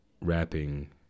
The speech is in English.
rapping